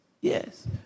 Yes